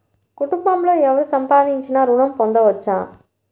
కుటుంబంలో ఎవరు సంపాదించినా ఋణం పొందవచ్చా?